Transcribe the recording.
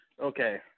Okay